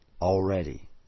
already